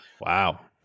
Wow